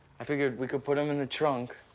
i figured we could put em and trunk,